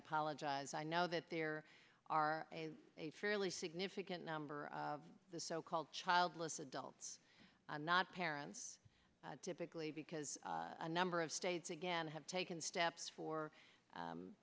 apologize i know that there are a fairly significant number of the so called childless adults not parents typically because a number of states again have taken steps for